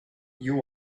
you